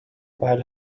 vahel